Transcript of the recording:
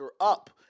up